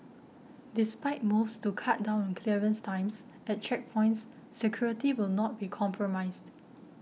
despite moves to cut down on clearance times at checkpoints security will not be compromised